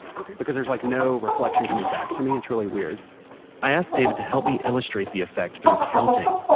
okay. because there's like no reflection coming back to me. it's really weird i asked david to help me illustrate the effect through counting.